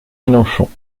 mélenchon